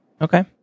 Okay